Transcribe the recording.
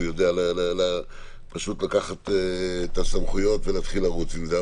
הוא יודע לקחת את הסמכויות ולרוץ עם זה.